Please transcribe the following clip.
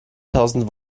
tausend